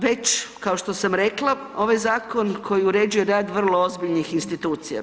Već kao što sam rekla, ovo je zakon koji uređuje rad vrlo ozbiljnih institucija.